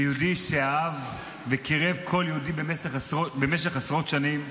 יהודי שאהב וקירב כל יהודי במשך עשרות שנים.